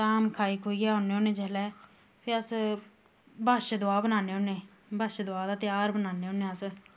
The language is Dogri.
धाम काई खुईयै औन्ने होन्ने जिसलै फ्ही अस बशदुआ बनान्ने होन्ने बशदुआ दा ध्यार बनान्ने होन्ने अस